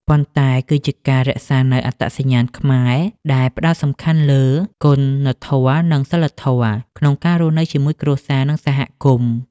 ប៉ុន្តែគឺជាការរក្សានូវអត្តសញ្ញាណខ្មែរ ដែលផ្ដោតសំខាន់លើ គុណធម៌ និង សីលធម៌ ក្នុងការរស់នៅជាមួយគ្រួសារ និងសហគមន៍។